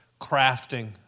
crafting